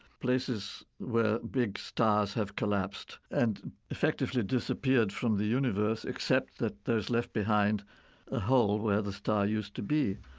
places where big stars have collapsed and effectively disappeared from the universe, except that there's left behind a hole where the star used to be.